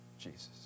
Jesus